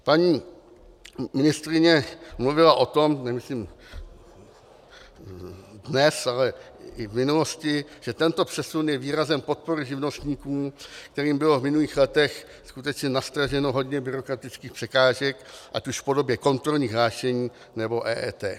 Paní ministryně mluvila o tom, nemyslím dnes, ale i v minulosti, že tento přesun je výrazem podpory živnostníků, kterým bylo v minulých letech skutečně nastraženo hodně byrokratických překážek ať už v podobě kontrolních hlášení, nebo EET.